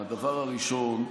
הדבר הראשון,